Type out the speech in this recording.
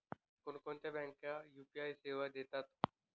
कोणकोणत्या बँका यू.पी.आय सेवा देतात?